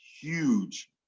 huge